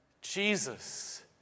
Jesus